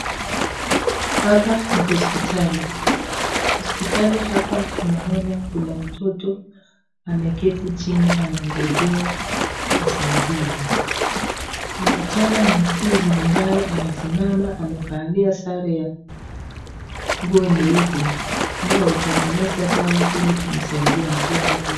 Hapa ni hospitali. Hospitali hapa tunaona kuna mtoto ameketi chini anangojewa asaidiwe. Kuna tena muunguzi ambaye amesimama amevalia sare ya nguo nyeupe nao huitengeneza dawa ili amsaidie mtoto huyu.